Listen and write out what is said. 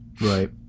right